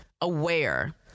aware